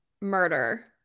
murder